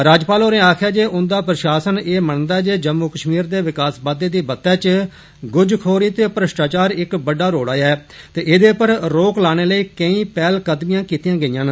governor होरें आक्खेआ जे उन्दा प्रषासन एह् मनदा ऐ जे जम्मू कष्मीर दे विकास बाद्दे दी बत्तै च गुजखोरी ते भ्रश्टाचार इक बड्डा रोड़ा ऐ ते ऐद पर रोक लाने लेई केई पैहलकदमिया कीतियां गेदियां न